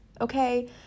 okay